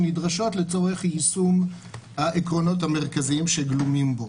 שנדרשות לצורך יישום העקרונות המרכזיים שגלומים בו.